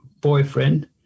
boyfriend